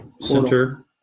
Center